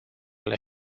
ale